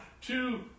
two